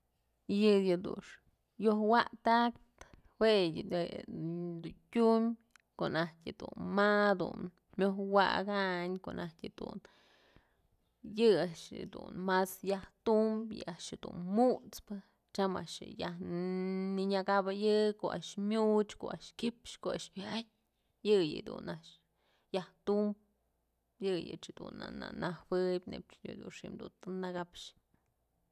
Yë yëdun yojwa'atäktë jue da yëdun tyum konajtyë dun ma myoj wakayn ko'o najtyë dun yë a'ax jedun mas yajtum yë a'ax jedun mut'spëtyam a'ax je yaj nënyëkabëyë ko'o a'ax myuch ko'a a'ax kyëpxë ko'o a'ax wa'atyë yëyë dun a'ax yajtum yëyëch dun na najuëb neyb dun xi'im të nëkapxë.